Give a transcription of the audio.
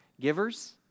givers